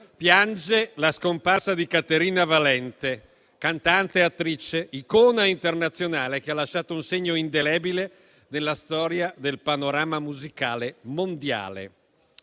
piange la scomparsa di Caterina Valente, cantante, attrice, icona internazionale, che ha lasciato un segno indelebile nella storia del panorama musicale mondiale.